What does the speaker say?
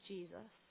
Jesus